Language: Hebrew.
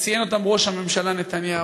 ציין אותם ראש הממשלה נתניהו.